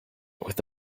with